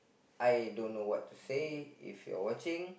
I don't know what to say if you are watching